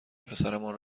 پسرمان